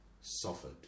suffered